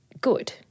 good